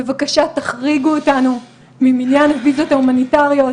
בבקשה תחריגו אותנו ממניין הוויזות ההומניטאריות,